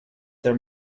their